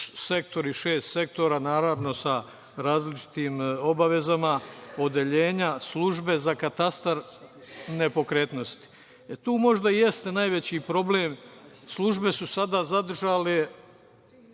postoji šest sektora, naravno, sa različitim obavezama, odeljenja, službe za katastar nepokretnosti. Tu možda jeste najveći problem. Službe su sada zadržale